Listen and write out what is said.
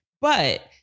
But-